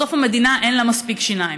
בסוף, המדינה, אין לה מספיק שיניים.